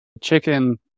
chicken